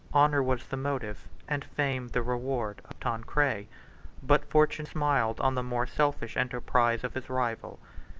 honor was the motive, and fame the reward, of tancred but fortune smiled on the more selfish enterprise of his rival.